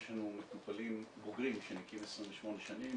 יש לנו מטופלים בוגרים שנקיים 28 שנים.